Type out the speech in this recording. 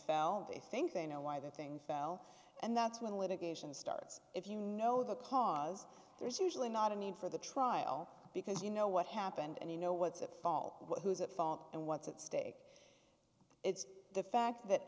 and they think they know why that thing fell and that's when litigation starts if you know the cause there's usually not a need for the trial because you know what happened and you know what's at fault who's at fault and what's at stake it's the fact that